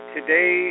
Today